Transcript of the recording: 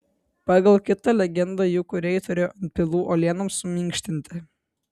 pagal kitą legendą jų kūrėjai turėjo antpilų uolienoms suminkštinti